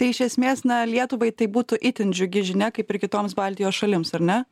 tai iš esmės na lietuvai tai būtų itin džiugi žinia kaip ir kitoms baltijos šalims ar ne